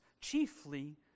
chiefly